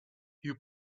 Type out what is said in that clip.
you